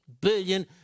billion